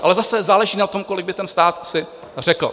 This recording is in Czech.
Ale zase záleží na tom, kolik by ten stát si řekl.